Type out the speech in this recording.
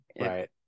right